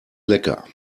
lecker